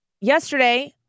Yesterday